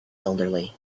elderly